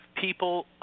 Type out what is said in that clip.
people